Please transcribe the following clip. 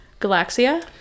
Galaxia